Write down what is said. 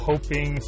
Hoping